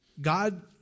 God